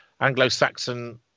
Anglo-Saxon